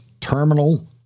terminal